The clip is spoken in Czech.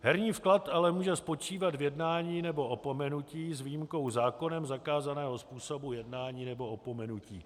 Herní vklad ale může spočívat v jednání nebo opomenutí, s výjimkou zákonem zakázaného způsobu jednání nebo opomenutí.